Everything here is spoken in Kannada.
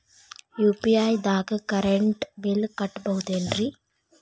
ಯು.ಪಿ.ಐ ದಾಗ ಕರೆಂಟ್ ಬಿಲ್ ಕಟ್ಟಬಹುದೇನ್ರಿ?